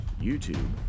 YouTube